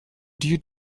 due